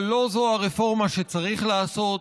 אבל לא זו הרפורמה שצריך לעשות.